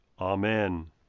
Amen